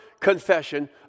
confession